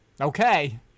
Okay